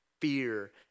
fear